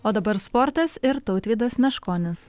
o dabar sportas ir tautvydas meškonis